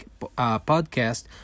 podcast